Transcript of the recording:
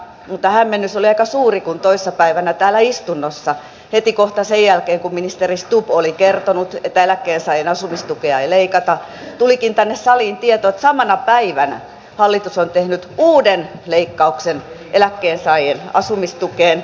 mutta hämmennys oli aika suuri kun toissa päivänä täällä istunnossa heti kohta sen jälkeen kun ministeri stubb oli kertonut että eläkkeensaajien asumistukea ei leikata tulikin tänne saliin tieto että samana päivänä hallitus on tehnyt uuden leikkauksen eläkkeensaajien asumistukeen